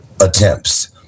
attempts